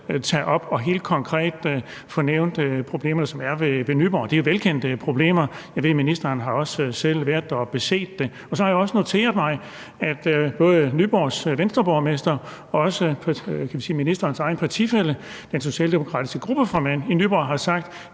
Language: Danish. også helt konkret få de nævnt problemer, som er ved Nyborg. Det er velkendte problemer. Jeg ved, at ministeren også selv har været der og beset det. Så har jeg også noteret mig, at både Nyborgs Venstreborgmester og også ministerens egen partifælle, den socialdemokratiske gruppeformand i Nyborg, har sagt,